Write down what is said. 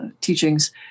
teachings